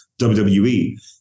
WWE